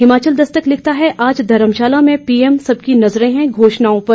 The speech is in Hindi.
हिमाचल दस्तक लिखता है आज धर्मशाला में पीएम सबकी नजरें हैं घोषणाओं पर